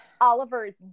Oliver's